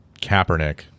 Kaepernick